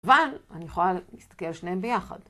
אבל אני יכולה להסתכל על שניהם ביחד.